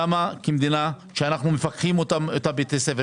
למה כמדינה כשאנחנו מפקחים על בתי הספר,